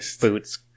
boots